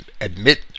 admit